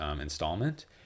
installment